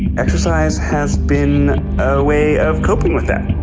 exercise has been a way of coping with that.